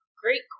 Great